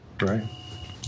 Right